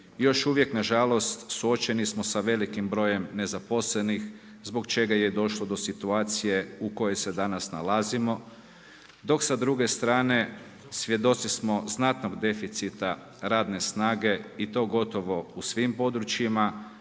još uvijek nažalost suočeni smo sa velikim brojem nezaposlenih zbog čega je došlo do situacije u kojoj se danas nalazimo. Dok s druge strane, svjedoci smo znatnog deficita radne snage i to gotovo u svim područjima,